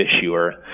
issuer